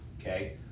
okay